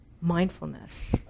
mindfulness